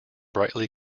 brightly